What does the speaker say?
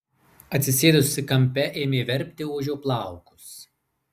atsisėdusi kampe ėmė verpti ožio plaukus